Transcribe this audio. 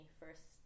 first